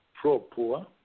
pro-poor